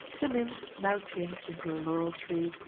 the nymph, now changed into a laurel tree,